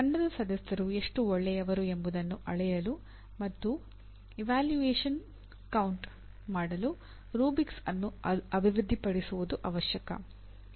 ತಂಡದ ಸದಸ್ಯರು ಎಷ್ಟು ಒಳ್ಳೆಯವರು ಎಂಬುದನ್ನು ಅಳೆಯಲು ಮತ್ತು ಇವ್ಯಾಲ್ಯೂಯೇಷನ್ ಕೌಂಟ್ ಎಂದರೆ ಏನು